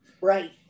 Right